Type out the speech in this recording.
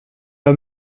pas